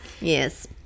Yes